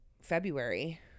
February